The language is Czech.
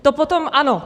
To potom ano.